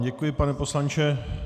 Děkuji vám, pane poslanče.